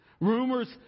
Rumors